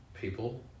people